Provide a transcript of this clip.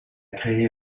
créé